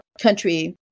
country